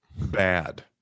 bad